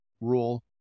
rule